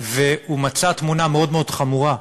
הוא מצא תמונה מאוד מאוד חמורה: